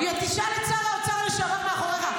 תשאל את שר האוצר לשעבר מאחוריך.